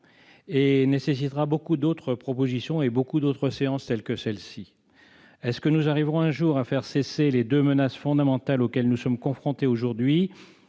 Il nécessitera beaucoup d'autres propositions et beaucoup d'autres séances comme celle-ci. Arriverons-nous un jour à faire cesser les deux menaces fondamentales auxquelles nous sommes confrontés aujourd'hui :